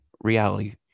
reality